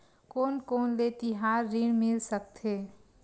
कोन कोन ले तिहार ऋण मिल सकथे?